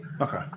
Okay